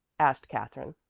asked katherine,